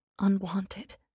Unwanted